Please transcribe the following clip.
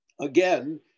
again